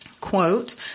Quote